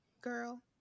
girl